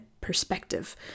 perspective